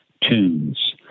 tunes